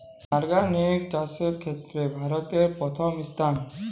organic চাষের ক্ষেত্রে ভারত প্রথম স্থানে